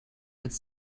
could